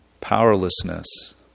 Powerlessness